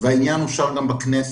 והעניין אושר גם בכנסת.